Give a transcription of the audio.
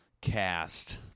cast